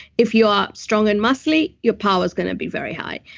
if you are strong and muscly, your power is going to be very high.